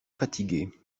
fatigué